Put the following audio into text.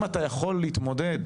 אם אתה יכול להתמודד